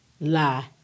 lie